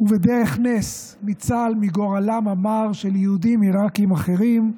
ובדרך נס ניצל מגורלם המר של יהודים עיראקים אחרים,